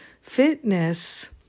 fitness